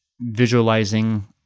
visualizing